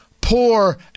poor